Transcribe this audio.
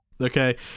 Okay